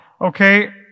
okay